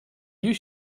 you